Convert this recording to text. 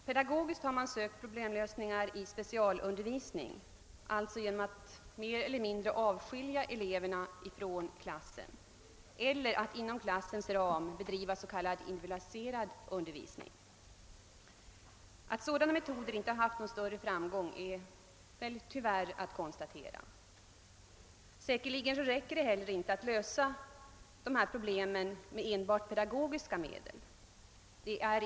Pedagogoiskt har man sökt nå problemlösningar genom specialundervisning, alltså genom att mer eller mindre avskilja de berörda eleverna från klassen eller att inom klassens ram bedriva s.k. individualiserad undervisning. Tyvärr måste konstateras att sådana metoder inte haft någon större framgång. Säkerligen räcker det inte heller att söka lösa problemen med enbart pedagogiska metoder.